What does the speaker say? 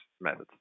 methods